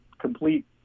complete